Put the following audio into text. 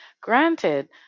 Granted